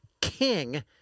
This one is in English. king